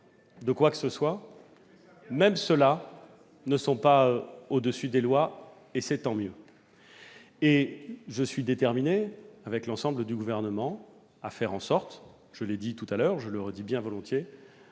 de quoi que ce soit, même ceux-là ne sont pas au-dessus des lois, et c'est tant mieux ! Je suis déterminé, avec l'ensemble du Gouvernement- je l'ai dit tout à l'heure, je le redis bien volontiers